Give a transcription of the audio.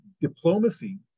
diplomacy